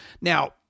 Now